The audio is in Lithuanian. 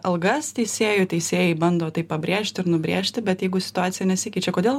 algas teisėjų teisėjai bando tai pabrėžt ir nubrėžti bet jeigu situacija nesikeičia kodėl